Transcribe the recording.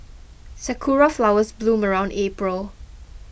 sakura flowers bloom around April